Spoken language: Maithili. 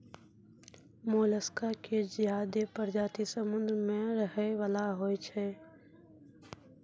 मोलसका के ज्यादे परजाती समुद्र में रहै वला होय छै